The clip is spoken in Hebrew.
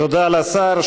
תודה לשר.